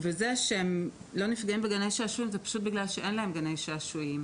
זה שהם לא נפגעים בגני שעשועים זה פשוט בגלל שאין להם גני שעשועים,